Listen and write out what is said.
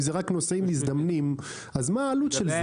אם זה רק נוסעים מזדמנים, מה העלות של זה?